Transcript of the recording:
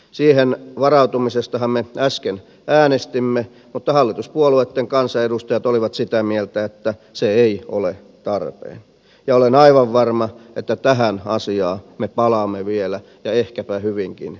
siihen varautumisestahan me äsken äänestimme mutta hallituspuolueitten kansanedustajat olivat sitä mieltä että se ei ole tarpeen ja olen aivan varma että tähän asiaan me palaamme vielä ja ehkäpä hyvinkin pian